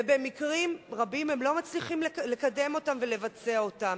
ובמקרים רבים הם לא מצליחים לקדם אותן ולבצע אותן.